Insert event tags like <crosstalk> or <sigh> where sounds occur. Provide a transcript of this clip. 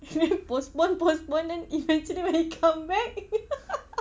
say postpone postpone then eventually when we come back <noise>